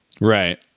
Right